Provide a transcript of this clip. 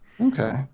Okay